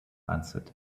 answered